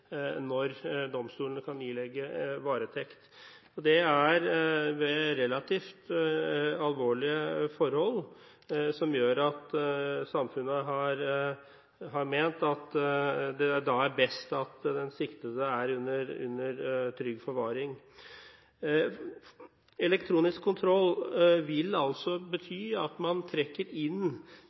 når domstolene kan ilegge varetekt, har vært oppe i debatten, og det er ved relativt alvorlige forhold hvor samfunnet har ment det er best at den siktede er under trygg forvaring. Elektronisk kontroll vil bety at man trekker inn